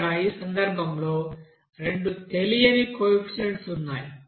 ఇక్కడ ఈ సందర్భంలో రెండు తెలియని కోఎఫిషియెంట్స్ ఉన్నాయి